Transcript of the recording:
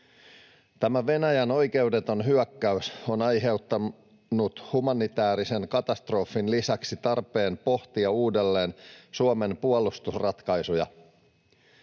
Tämä Venäjän oikeudeton hyök-käys on aiheuttanut humanitäärisen katastrofin lisäksi tarpeen pohtia uudelleen Suomen puolustusratkaisuja.